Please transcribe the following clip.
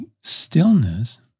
stillness